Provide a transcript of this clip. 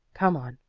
come on.